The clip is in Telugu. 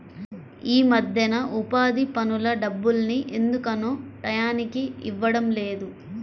యీ మద్దెన ఉపాధి పనుల డబ్బుల్ని ఎందుకనో టైయ్యానికి ఇవ్వడం లేదు